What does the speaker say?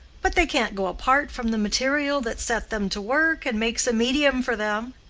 but they can't go apart from the material that set them to work and makes a medium for them.